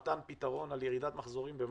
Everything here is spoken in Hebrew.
מתן פתרון על ירידת מחזורים במאי.